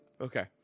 okay